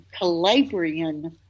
Calabrian